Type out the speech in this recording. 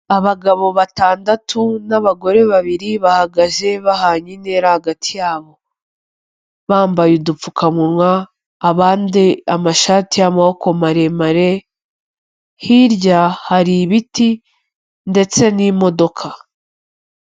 Abagabo batandatu n'abagore babiri bahagaze bahanye intera hagati yabo, bambaye udupfukamunwa abandi amashati y'amaboko maremare, hirya hari ibiti ndetse n'imodoka.